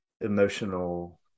emotional